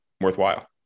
worthwhile